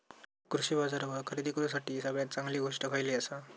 कृषी बाजारावर खरेदी करूसाठी सगळ्यात चांगली गोष्ट खैयली आसा?